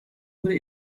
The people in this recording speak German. wurde